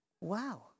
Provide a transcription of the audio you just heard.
wow